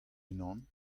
unan